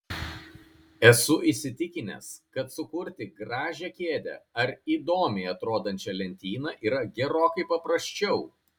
esu įsitikinęs kad sukurti gražią kėdę ar įdomiai atrodančią lentyną yra gerokai paprasčiau